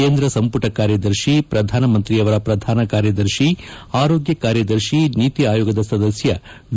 ಕೇಂದ್ರ ಸಂಪುಟ ಕಾರ್ಯದರ್ಶಿ ಪ್ರಧಾನಮಂತ್ರಿಯವರ ಪ್ರಧಾನ ಕಾರ್ಯದರ್ಶಿ ಆರೋಗ್ಯ ಕಾರ್ಯದರ್ಶಿ ನೀತಿ ಆಯೋಗದ ಸದಸ್ಯ ವಿ